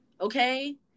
okay